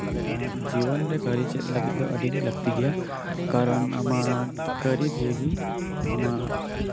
ᱡᱤᱭᱟᱹᱱ ᱨᱮ ᱠᱟᱹᱨᱤ ᱪᱮᱫ ᱞᱟᱹᱜᱤᱫ ᱫᱚ ᱟᱹᱰᱤᱜᱮ ᱞᱟᱹᱠᱛᱤ ᱜᱮᱭᱟ ᱠᱟᱨᱚᱱ ᱟᱢᱟᱜ ᱠᱟᱹᱨᱤ ᱫᱤᱭᱮᱜᱮ ᱟᱢᱟᱜ